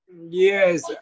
Yes